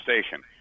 Station